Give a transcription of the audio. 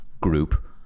group